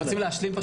אני רוצה להשלים.